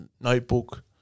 Notebook